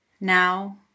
Now